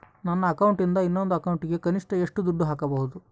ನನ್ನ ಅಕೌಂಟಿಂದ ಇನ್ನೊಂದು ಅಕೌಂಟಿಗೆ ಕನಿಷ್ಟ ಎಷ್ಟು ದುಡ್ಡು ಹಾಕಬಹುದು?